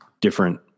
different